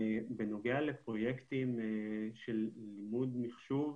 בנוגע לפרויקטים של לימוד מחשוב.